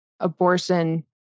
Abortion